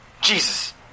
Jesus